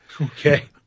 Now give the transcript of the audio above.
Okay